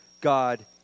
God